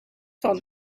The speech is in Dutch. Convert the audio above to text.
van